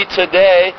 today